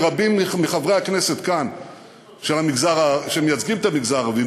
מרבים מחברי הכנסת כאן שמייצגים את המגזר הערבי.